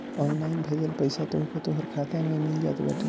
online भेजल पईसा तोहके तोहर खाता में मिल जात बाटे